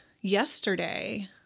yesterday